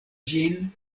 ĝin